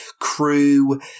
crew